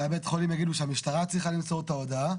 בית החולים יגידו שהמשטרה צריכה למסור את ההודעה.